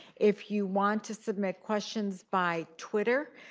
if you want to submit questions by twitter,